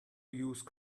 use